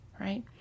right